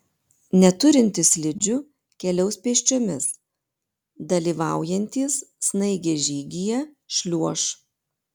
neturintys slidžių keliaus pėsčiomis dalyvaujantys snaigės žygyje šliuoš